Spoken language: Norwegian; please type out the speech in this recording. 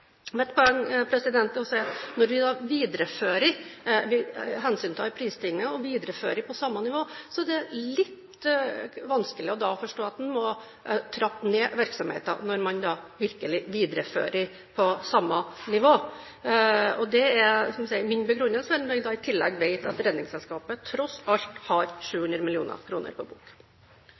Mitt poeng er at når vi da hensyntar prisstigningen og viderefører på samme nivå, er det litt vanskelig å forstå at man må trappe ned virksomheten, når man da virkelig viderefører på samme nivå. Det er min begrunnelse, når man da i tillegg vet at Redningsselskapet tross alt har 700 mill. kr på bok.